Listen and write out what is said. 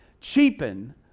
cheapen